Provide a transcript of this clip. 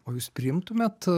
o jūs priimtumėt